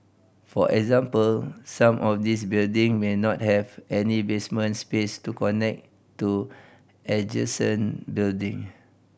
for example some of these buildings may not have any basement space to connect to adjacent buildings